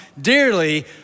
dearly